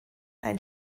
ein